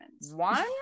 One